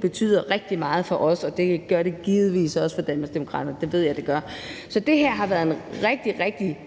betyder rigtig meget for os, og det gør det givetvis også for Danmarksdemokraterne. Det ved jeg at det gør. Så det her har været en rigtig, rigtig